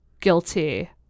guilty